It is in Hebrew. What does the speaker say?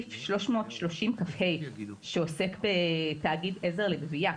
לסעיף 330כה שעוסק בתאגיד עזר לגבייה.